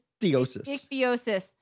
Ichthyosis